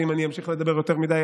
שאם אני אמשיך לדבר יותר מדי,